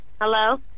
Hello